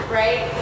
right